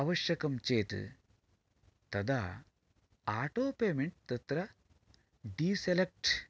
अवश्यकं चेत् तदा आटो पेमेण्ट् तत्र डीसेलेक्ट्